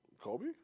Kobe